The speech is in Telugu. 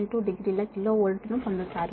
72 డిగ్రీల కిలో వోల్ట్ ను పొందుతారు